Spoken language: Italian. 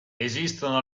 esistono